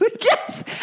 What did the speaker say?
Yes